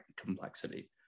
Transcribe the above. complexity